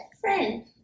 Friend